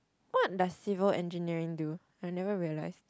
what does civil engineering do I never realised